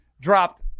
dropped